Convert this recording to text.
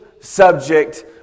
subject